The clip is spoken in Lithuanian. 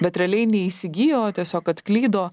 bet realiai neįsigijo tiesiog atklydo